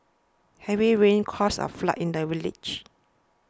heavy rains caused a flood in the village